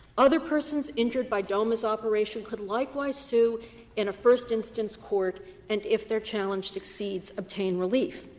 other persons injured by doma's operation could likewise sue in a first instance court and, if their challenge succeeds, obtain relief.